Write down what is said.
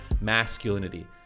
masculinity